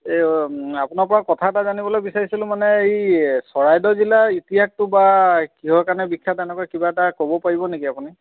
আপোনাৰ পৰা কথা এটা জানিবলৈ বিচাৰিছিলোঁ মানে এই চৰাইদেউ জিলাৰ ইতিহাসটো বা কিহৰ কাৰণে বিখ্যাত তেনেকুৱা কিবা এটা কৰিব পাৰিব নেকি আপুনি